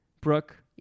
brooke